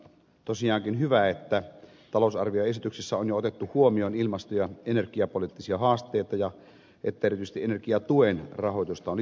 tosiaankin on hyvä että talousarvioesityksessä on jo otettu huomioon ilmasto ja energiapoliittisia haasteita ja erityisesti energiatuen rahoitusta on lisätty